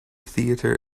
theater